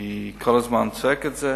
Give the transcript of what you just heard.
אני כל הזמן צועק את זה.